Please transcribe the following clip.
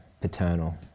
paternal